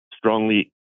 strongly